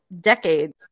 decades